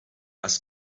has